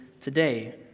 today